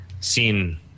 seen